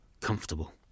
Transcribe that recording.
comfortable